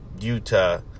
Utah